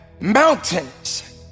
mountains